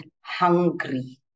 hungry